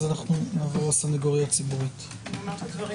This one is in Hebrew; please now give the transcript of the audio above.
אומר את הדברים